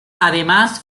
además